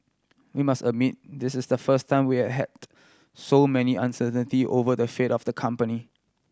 we must admit this is the first time we have had so many uncertainty over the fate of the company